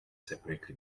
separately